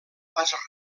pas